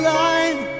line